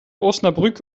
osnabrück